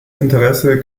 interesse